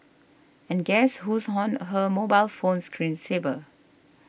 and guess who's on her mobile phone screen saver